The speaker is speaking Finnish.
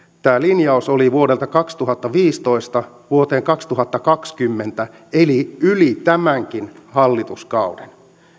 tämä linjaus oli vuodesta kaksituhattaviisitoista vuoteen kaksituhattakaksikymmentä eli yli tämänkin hallituskauden